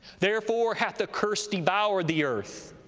therefore hath the curse devoured the earth,